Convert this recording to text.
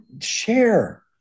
share